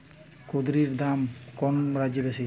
কুঁদরীর দাম কোন রাজ্যে বেশি?